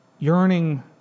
yearning